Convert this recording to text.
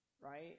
right